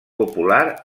popular